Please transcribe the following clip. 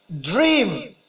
dream